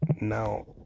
now